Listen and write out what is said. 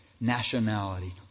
nationality